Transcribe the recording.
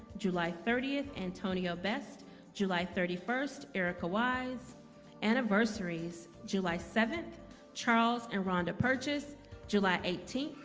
july thirtieth antonio best july thirty first ericka wise anniversaries july seventh charles and rhonda purchase july eighteenth,